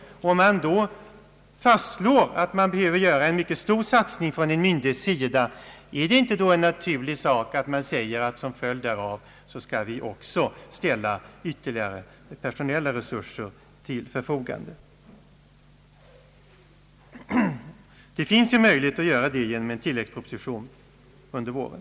Om man fastslår att en myndighet behöver göra en mycket stor satsning, är det inte då en naturlig sak att man säger att man som följd därav också skall ställa ytterligare personella resurser till förfogande? Det finns ju möjlighet att göra det genom en tilläggsproposition under våren.